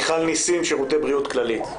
מיכל ניסים משירותי בריאות כללית.